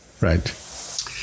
Right